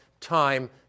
time